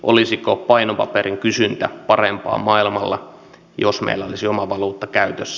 olisiko painopaperin kysyntä parempaa maailmalla jos meillä olisi oma valuutta käytössä